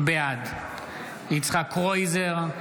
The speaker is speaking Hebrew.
בעד יצחק קרויזר,